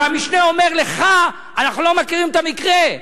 והמשנה אומר לך: אנחנו לא מכירים את המקרה.